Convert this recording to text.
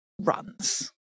runs